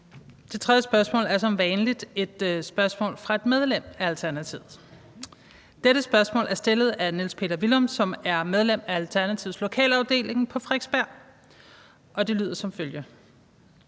Det tredje spørgsmål er som vanligt et spørgsmål fra et medlem af Alternativet. Dette spørgsmål er stillet af Niels Peter Hvillum, som er medlem af Alternativets lokalafdeling på Frederiksberg, og det lyder som følger: